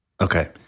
Okay